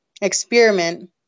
experiment